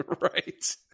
right